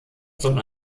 soll